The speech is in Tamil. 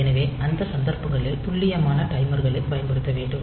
எனவே அந்த சந்தர்ப்பங்களில் துல்லியமான டைமர்களைப் பயன்படுத்த வேண்டும்